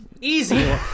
Easy